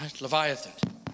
Leviathan